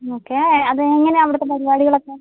okay അത് എങ്ങനെയാണ് അവിടുത്തെ പരിപാടികൾ ഒക്കെ